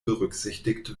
berücksichtigt